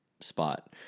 spot